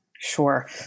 Sure